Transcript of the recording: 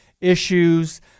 issues